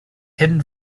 hidden